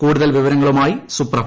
കൂടുതൽ വിവരങ്ങളുമായി സുപ്രഭ